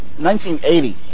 1980